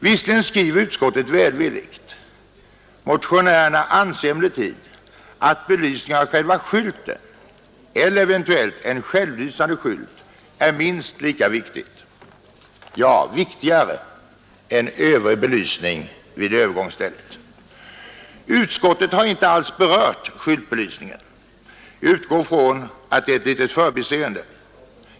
Visserligen skriver utskottet välvilligt, men vi motionärer anser att belysningen av själva skylten eller eventuellt en självlysande skylt är minst lika viktig som, ja, viktigare än övrig belysning vid övergångsstället. Utskottet har inte alls berört frågan om skyltbelysningen. Jag utgår från att det är ett litet förbiseende.